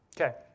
Okay